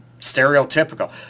Stereotypical